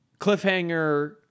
cliffhanger